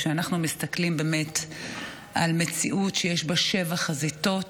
כשאנחנו מסתכלים באמת על מציאות שיש בה שבע חזיתות,